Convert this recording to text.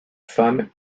femmes